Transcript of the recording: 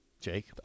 Jake